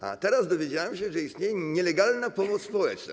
A teraz dowiedziałem się, że istnieje nielegalna pomoc społeczna.